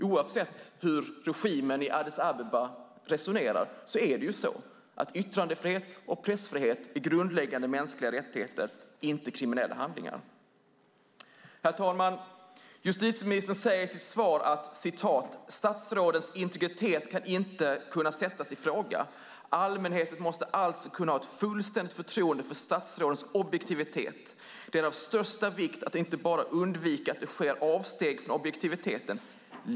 Oavsett hur regimen i Addis Abeba resonerar är yttrandefrihet och pressfrihet grundläggande mänskliga rättigheter, inte kriminella handlingar. Herr talman! Justitieministern säger i sitt svar att "Statsrådens integritet ska inte kunna sättas i fråga. Allmänheten måste alltså kunna ha ett fullständigt förtroende för statsrådens objektivitet. Det är av största vikt att inte bara undvika att det sker avsteg från objektiviteten.